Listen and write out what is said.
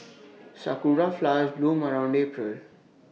Sakura Flowers bloom around April